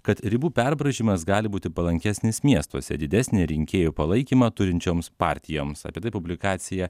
kad ribų perbraižymas gali būti palankesnis miestuose didesnį rinkėjų palaikymą turinčioms partijoms apie tai publikacija